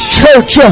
church